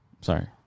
sorry